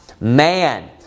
man